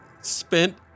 spent